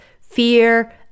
fear